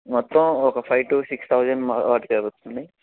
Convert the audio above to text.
మొత్తం ఒక five to six thousand వాటికి అవుతుంది